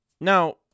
now